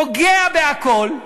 פוגע בהכול.